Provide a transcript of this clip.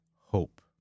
hope